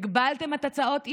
הגבלתם את הצעות האי-אמון.